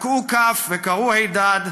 תקעו כף וקראו הידד,